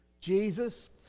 Jesus